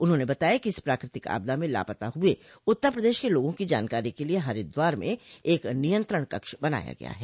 उन्होंने बताया कि इस प्राकृतिक आपदा में लापता हुए उत्तर प्रदेश के लोगों की जानकारी के लिये हरिद्वार में एक नियंत्रण कक्ष बनाया गया है